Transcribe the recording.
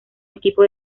equipo